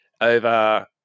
over